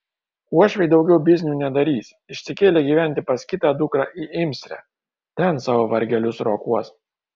uošviai daugiau biznių nedarys išsikėlė gyventi pas kitą dukrą į imsrę ten savo vargelius rokuos